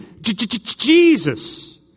Jesus